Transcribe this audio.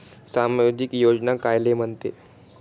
सामाजिक योजना कायले म्हंते?